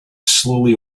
slowly